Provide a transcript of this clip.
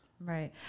Right